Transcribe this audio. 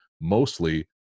mostly